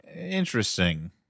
Interesting